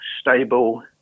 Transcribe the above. stable